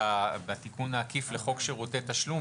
בתיקון העקיף לחוק שירותי תשלום,